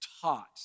taught